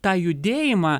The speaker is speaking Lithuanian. tą judėjimą